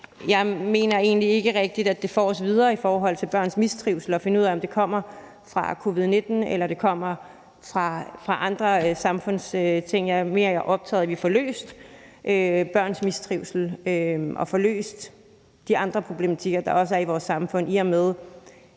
Jeg mener egentlig ikke, at det får os videre i forhold til børns mistrivsel at finde ud af, om det kommer fra covid-19, eller om det kommer fra andre ting i samfundet. Jeg er mere optaget af, at vi får løst problematikken med børns mistrivsel og får løst de andre problematikker, der også er i vores samfund,